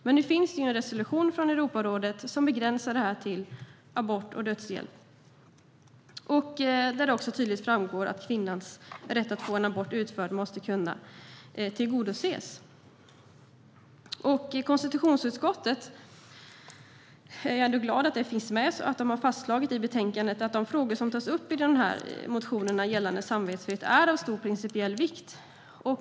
Men nu finns en resolution från Europarådet som begränsar det här till abort och dödshjälp. Där framgår det också tydligt att kvinnans rätt att få en abort utförd måste kunna tillgodoses. Jag är ändå glad att det finns med i konstitutionsutskottet. Man har fastslagit i betänkandet att de frågor som tas upp i den här motionen gällande samvetsfrihet är av stor principiell vikt.